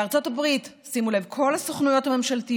בארצות הברית, שימו לב, כל הסוכנויות הממשלתיות